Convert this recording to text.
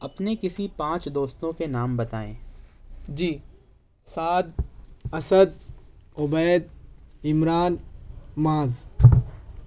اپنے کسی پانچ دوستوں کے نام بتائیں جی سعد اسد عبید عمران معاذ